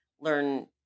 learn